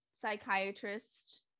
psychiatrist